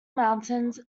mountains